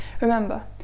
remember